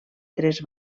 tres